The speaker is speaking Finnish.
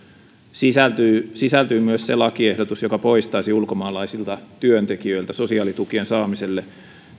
sisältyy sisältyy myös se lakiehdotus joka poistaisi ulkomaalaisilta työntekijöiltä sosiaalitukien saamiselle